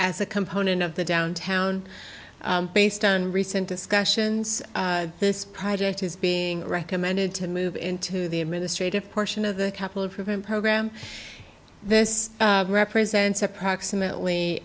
as a component of the downtown based on recent discussions this project is being recommended to move into the administrative portion of the capital prevent program this represents approximately